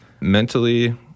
Mentally